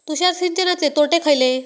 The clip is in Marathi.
तुषार सिंचनाचे तोटे खयले?